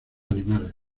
animales